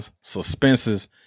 suspenses